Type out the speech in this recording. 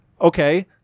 Okay